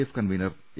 F convener A